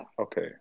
Okay